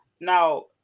Now